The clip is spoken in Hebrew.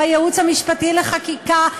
בייעוץ המשפטי לחקיקה,